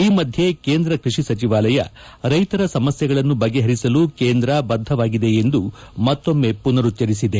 ಈ ಮಧ್ಯೆ ಕೇಂದ್ರ ಕೃಷಿ ಸಚಿವಾಲಯ ರೈತರ ಸಮಸ್ಯೆಗಳನ್ನು ಬಗೆಹರಿಸಲು ಕೇಂದ್ರ ಬದ್ದವಾಗಿದೆ ಎಂದು ಮತ್ತೊಮ್ಮೆ ಪುನರುಚ್ಚರಿಸಿದೆ